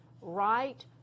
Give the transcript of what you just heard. right